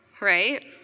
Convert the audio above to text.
right